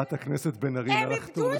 חברת הכנסת בן ארי, נא לחתור לסיום.